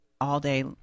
all-day